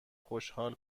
خوشحال